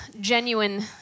genuine